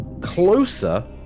closer